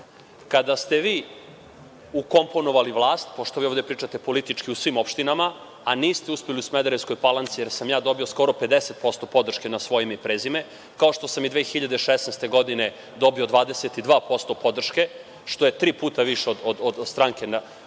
Kada ste vi ukomponovali vlast, pošto vi ovde pričate politički, u svim opštinama, a niste uspeli u Smederevskoj Palanci jer sam ja dobio skoro 50% podrške na svoje ime i prezime, kao što sam i 2016. godine dobio 22% podrške, što je tri puta više od stranke koju